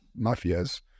mafias